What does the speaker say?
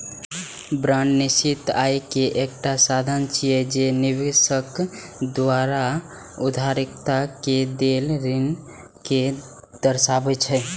bond निश्चित आय के एकटा साधन छियै, जे निवेशक द्वारा उधारकर्ता कें देल ऋण कें दर्शाबै छै